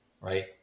right